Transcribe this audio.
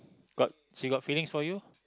got she got feelings for you